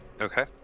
Okay